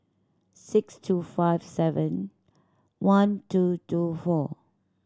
six two five seven one two two four